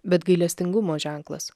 bet gailestingumo ženklas